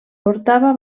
portava